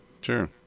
Sure